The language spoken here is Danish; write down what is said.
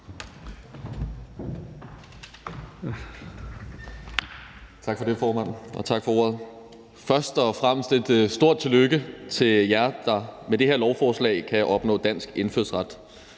Tak for det, formand, og tak for ordet. Først og fremmest et stort tillykke til jer, der med det her lovforslag kan opnå dansk indfødsret.